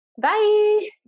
Bye